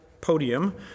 podium